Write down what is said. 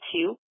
two